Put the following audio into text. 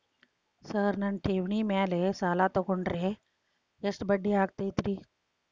Sir ನನ್ನ ಠೇವಣಿ ಮೇಲೆ ಸಾಲ ತಗೊಂಡ್ರೆ ಎಷ್ಟು ಬಡ್ಡಿ ಆಗತೈತ್ರಿ?